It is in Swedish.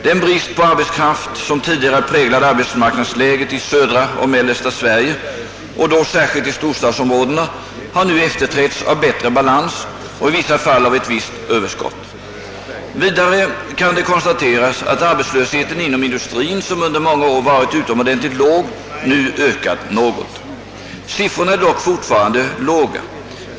Den brist på arbetskraft som tidigare präglade arbetsmarknadsläget i södra och mellersta Sverige, och då särskilt i storstadsområdena, har nu efterträtts av bättre balans och i vissa fall av ett visst överskott. Vidare kan det konstateras att arbetslösheten inom industrin, som under många år varit utomordentligt låg, nu ökat något. Siffrorna är dock fortfarande låga.